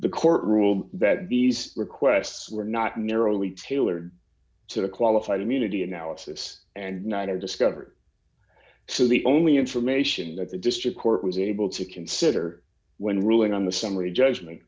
the courtroom that these requests were not narrowly tailored to the qualified immunity analysis and not have discovered so the only information that the district court was able to consider when ruling on the summary judgment